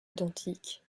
identiques